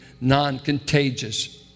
non-contagious